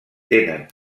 tenen